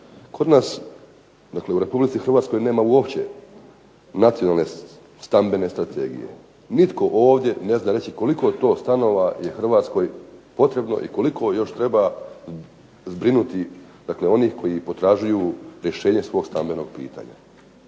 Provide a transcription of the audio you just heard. kod nas dakle u Republici Hrvatskoj nema uopće nacionalne stambene strategije, nitko ovdje ne zna reći koliko to stanova je Hrvatskoj potrebno i koliko još treba zbrinuti onih koji potražuju rješenje svog stambenog pitanja.